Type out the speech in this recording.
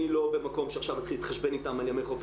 אני לא רואה מקום שעכשיו אתחיל להתחשבן איתם על ימי חופש,